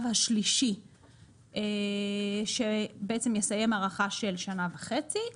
השלישי שבעצם יסיים הארכה של שנה וחצי,